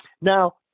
Now